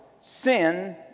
sin